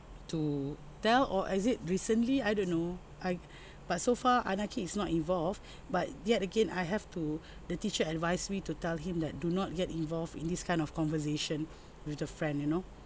to tell or is it recently I don't know I but so far anaki is not involved but yet again I have to the teacher advised me to tell him that do not get involved in this kind of conversation with the friend you know